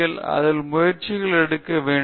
எனவே அதில் நீங்கள் முயற்சிகள் எடுக்க வேண்டும்